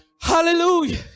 Hallelujah